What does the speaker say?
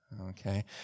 okay